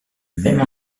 même